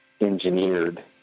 engineered